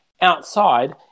outside